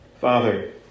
Father